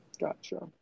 Gotcha